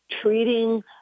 treating